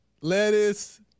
lettuce